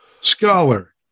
scholar